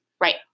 Right